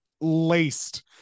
laced